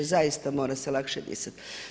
Zaista mora se lakše disati.